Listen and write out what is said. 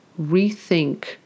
rethink